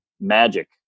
magic